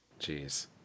Jeez